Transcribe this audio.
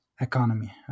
economy